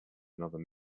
another